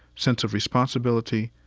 sense of responsibility,